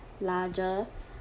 larger